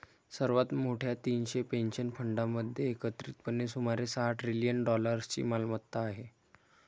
सर्वात मोठ्या तीनशे पेन्शन फंडांमध्ये एकत्रितपणे सुमारे सहा ट्रिलियन डॉलर्सची मालमत्ता आहे